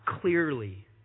clearly